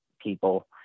people